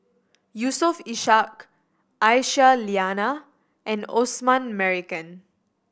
Yusof Ishak Aisyah Lyana and Osman Merican